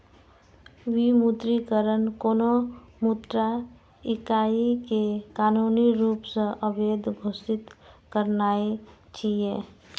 विमुद्रीकरण कोनो मुद्रा इकाइ कें कानूनी रूप सं अवैध घोषित करनाय छियै